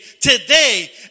today